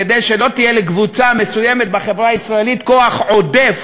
כדי שלא יהיה לקבוצה מסוימת בחברה הישראלית כוח עודף